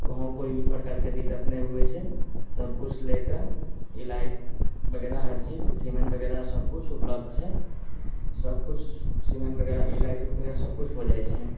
कहूँ कोइ भी प्रकारके दिक्कत नहि होइ छै सब किछु लऽ कऽ इलाज वगैरह हर चीज सिमेन वगैरह सब किछु उपलब्ध छै सब किछु सिमेन वगैरह इलाज वगैरह सब किछु हो जाइ छै